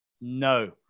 No